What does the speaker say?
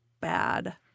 bad